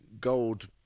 gold